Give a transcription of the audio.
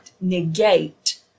negate